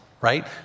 right